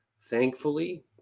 thankfully